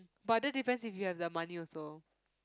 but that depends if you have the money also